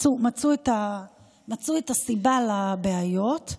מצאו את הסיבה לבעיות.